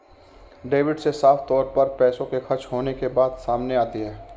debit से साफ तौर पर पैसों के खर्च होने के बात सामने आती है